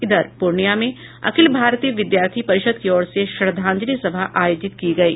इधर पूर्णिया में अखिल भारतीय विद्यार्थी परिषद् की ओर से श्रद्धांजलि सभा आयोजित की गयी